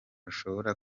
ashobora